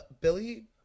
Billy